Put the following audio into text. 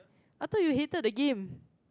I thought you hated the game